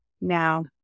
Now